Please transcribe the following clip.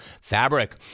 Fabric